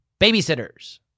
babysitters